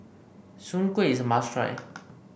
Soon Kway is a must try